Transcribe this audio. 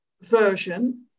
version